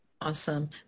Awesome